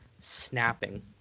snapping